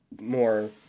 more